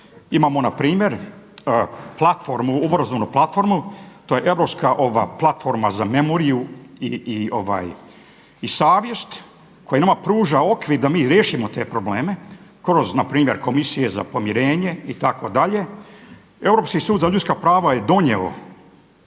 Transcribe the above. Imao npr. platformu, obrazovnu platformu to je europska ova platforma za memoriju i savjest koja nama pruža okvir da mi riješimo te probleme kroz npr. komisije za pomirenje itd. Europski sud za ljudska prava je donio